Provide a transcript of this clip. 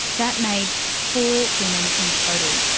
that made four women in total.